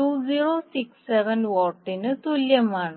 2067 വാട്ടിന് തുല്യമാണ്